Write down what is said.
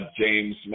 James